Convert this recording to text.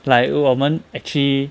like 我们 actually